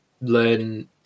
learn